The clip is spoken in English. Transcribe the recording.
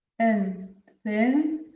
and thin,